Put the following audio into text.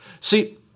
See